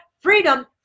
freedom